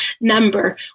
number